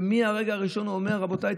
ומהרגע הראשון הוא אומר: רבותיי,